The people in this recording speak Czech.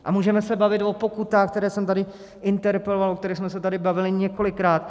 A můžeme se bavit o pokutách, které jsem tady interpeloval, o kterých jsme se tady bavili několikrát.